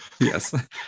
yes